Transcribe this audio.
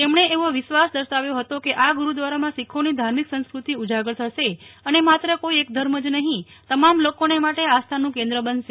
તેમણે એવો વિશ્વાસ દર્શાવ્યો હતો કે આ ગુરુદ્વારામાં શીખોની ધાર્મિક સંસ્ક્રતિ ઉજાગર થશે અને માત્ર કોઇ એક જ ધર્મનું નહી તમામ લોકોને માટે આસ્થાનું કેન્દ્ર બનશે